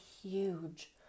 huge